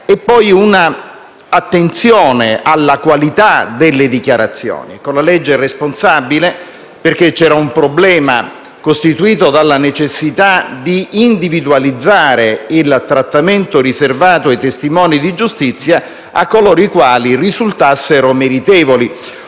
responsabile alla qualità delle dichiarazioni, perché c'era un problema costituito dalla necessità di individualizzare il trattamento riservato ai testimoni di giustizia a coloro i quali risultassero meritevoli.